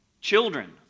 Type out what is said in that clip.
children